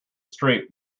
street